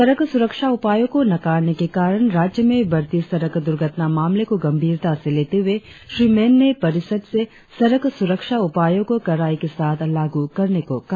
सड़क सुरक्षा उपायों को नकारने के कारण राज्य में बड़ती सड़क दुर्घटना मामले को गंभीरता से लेते हुए श्री मेन ने परिषद से सड़क सुरक्षा उपायों को कड़ाई के साथ लागू करने को कहा